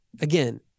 again